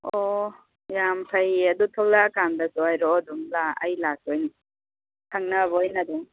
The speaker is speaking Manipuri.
ꯑꯣ ꯌꯥꯝꯅ ꯐꯩꯌꯦ ꯑꯗꯨ ꯊꯣꯛꯂꯛꯑꯀꯥꯟꯗꯁꯨ ꯍꯥꯏꯔꯛꯑꯣ ꯑꯗꯨꯝ ꯂꯥ ꯑꯩ ꯂꯥꯛꯇꯣꯏꯅꯤ ꯈꯪꯅꯕ ꯑꯣꯏꯅ ꯑꯗꯨꯝ